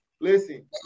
Listen